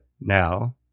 now